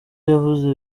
yavuze